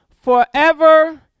forever